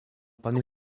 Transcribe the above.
pani